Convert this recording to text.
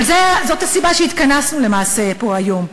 אבל זאת למעשה הסיבה שהתכנסנו פה היום,